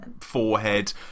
forehead